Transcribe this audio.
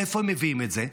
מאיפה הם מביאים את זה?